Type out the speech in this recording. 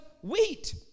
wheat